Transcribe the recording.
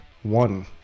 One